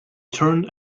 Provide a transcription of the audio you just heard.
turned